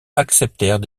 acceptèrent